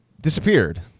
disappeared